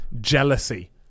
Jealousy